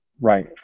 Right